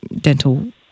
dental